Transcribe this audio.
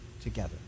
together